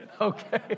Okay